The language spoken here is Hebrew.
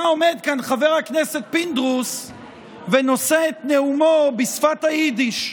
היה עומד כאן חבר הכנסת פינדרוס ונושא את נאומו בשפת היידיש.